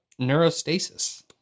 Neurostasis